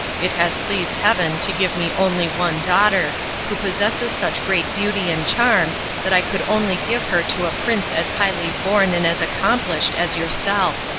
it has pleased heaven to give me only one daughter, who possesses such great beauty and charm that i could only give her to a prince as highly born and as accomplished as yourself.